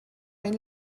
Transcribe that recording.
این